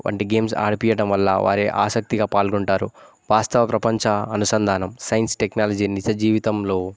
వంటి గేమ్స్ ఆడిపియటం వల్ల వారే ఆసక్తిగా పాల్గొంటారు వాస్తవ ప్రపంచ అనుసంధానం సైన్స్ టెక్నాలజీ నిజ జీవితంలో